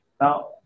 Now